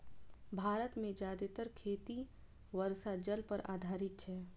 भारत मे जादेतर खेती वर्षा जल पर आधारित छै